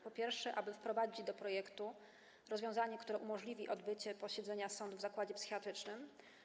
Po pierwsze, zaproponował, aby wprowadzić do projektu rozwiązanie, które umożliwi odbycie posiedzenia sądu w zakładzie psychiatrycznym.